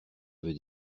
veut